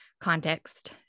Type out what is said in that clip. context